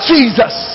Jesus